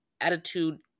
attitude